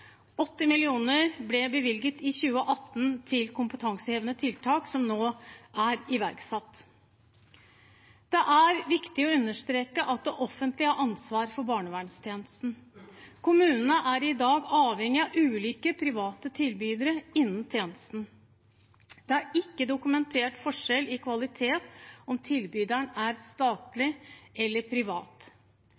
80 mill. kr ble bevilget i 2018 til kompetansehevende tiltak som nå er iverksatt. Det er viktig å understreke at det offentlige har ansvar for barnevernstjenesten. Kommunene er i dag avhengige av ulike private tilbydere innen tjenesten. Det er ikke dokumentert noen forskjell i kvalitet om tilbyderen er